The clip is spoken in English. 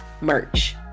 merch